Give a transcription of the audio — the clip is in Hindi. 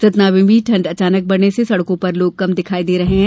सतना में भी ठंड अचानक बढ़ने से सड़को पर लोग कम दिखाई दे रहे हैं